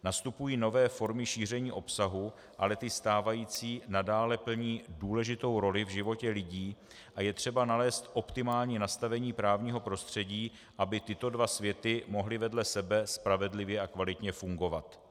Nastupují nové formy šíření obsahu, ale ty stávající nadále plní důležitou roli v životě lidí a je třeba nalézt optimální nastavení právního prostředí, aby tyto dva světy mohly vedle sebe spravedlivě a kvalitně fungovat.